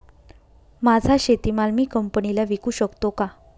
माझा शेतीमाल मी कंपनीला विकू शकतो का?